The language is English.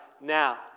now